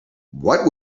what